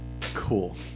Cool